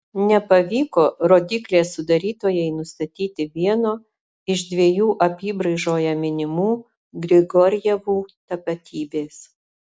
nepavyko rodyklės sudarytojai nustatyti vieno iš dviejų apybraižoje minimų grigorjevų tapatybės